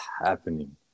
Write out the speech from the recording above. happening